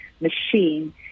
machine